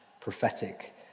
prophetic